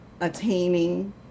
attaining